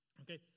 Okay